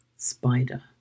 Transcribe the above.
spider